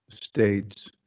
states